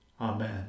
Amen